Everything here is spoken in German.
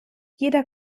jeder